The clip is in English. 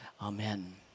Amen